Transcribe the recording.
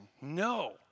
No